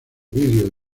vidrio